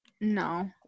No